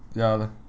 ya lah